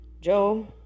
Joe